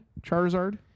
Charizard